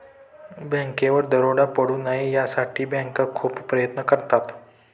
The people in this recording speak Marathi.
बँकेवर दरोडा पडू नये यासाठी बँका खूप प्रयत्न करतात